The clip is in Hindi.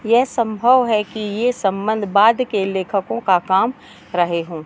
यह संभव है कि यह संबंध बाद के लेखकों का काम रहे हों